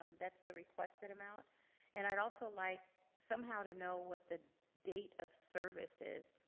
um that's the requested amount and i'd also like somehow to know what the date of service is.